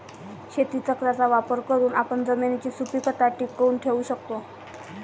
शेतीचक्राचा वापर करून आपण जमिनीची सुपीकता टिकवून ठेवू शकतो